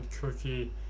cookie